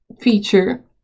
feature